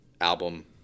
album